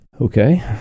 okay